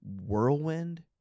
whirlwind